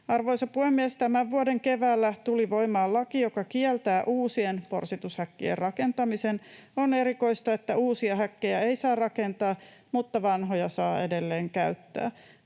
Arvoisa puhemies! Tämän vuoden keväällä tuli voimaan laki, joka kieltää uusien porsitushäkkien rakentamisen. On erikoista, että uusia häkkejä ei saa rakentaa, mutta vanhoja saa edelleen käyttää.